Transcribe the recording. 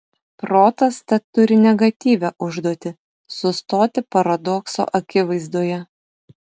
protas tad turi negatyvią užduotį sustoti paradokso akivaizdoje